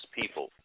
people